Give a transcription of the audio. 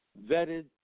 vetted